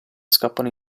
scappano